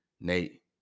Nate